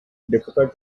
difficult